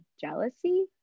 jealousy